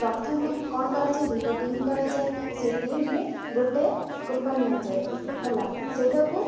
ପ୍ରଥମେ କ'ଣ କରାଯାଏ ଦୁଇଟା ଟିମ୍ କରାଯାଏ ସେ ଟିମ୍ରେ ଗୋଟେ କୁପନ୍ ନିଆଯାଏ ହେଲା ସେଇଟାକୁ